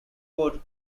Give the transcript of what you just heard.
word